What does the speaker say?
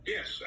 Yes